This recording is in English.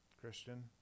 Christian